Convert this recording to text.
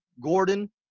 Gordon